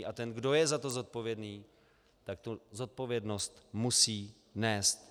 A ten, kdo je za to zodpovědný, tak tu zodpovědnost musí nést.